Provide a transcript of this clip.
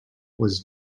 was